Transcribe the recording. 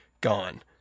gone